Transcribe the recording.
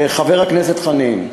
חבר הכנסת חנין,